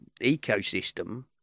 ecosystem